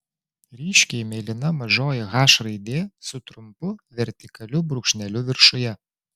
ryškiai mėlyna mažoji h raidė su trumpu vertikaliu brūkšneliu viršuje